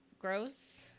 gross